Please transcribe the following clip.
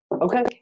Okay